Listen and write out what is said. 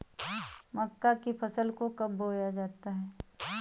मक्का की फसल को कब बोया जाता है?